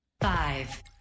Five